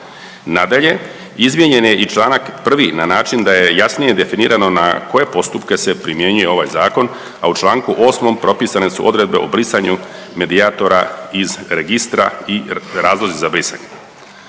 Nadalje, izmijenjen je i članak 1. na način da je jasnije definirano na koje postupke se primjenjuje ovaj zakon, a u članku 8. propisane su odredbe o brisanju medijatora iz registra i razlozi za brisanje.